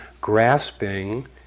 grasping